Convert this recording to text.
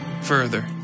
Further